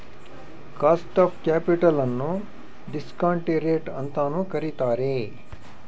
cost of capital ನ್ನು discount rate ಅಂತನು ಕರಿತಾರೆ